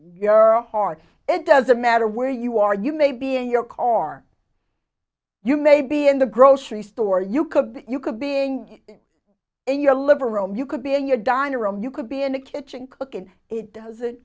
own heart it doesn't matter where you are you may be in your car you may be in the grocery store you could be you could being in your living room you could be in your dining room you could be in a kitchen cooking it does